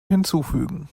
hinzufügen